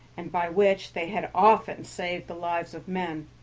and by which they had often saved the lives of men.